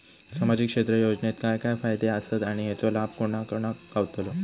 सामजिक क्षेत्र योजनेत काय काय फायदे आसत आणि हेचो लाभ कोणा कोणाक गावतलो?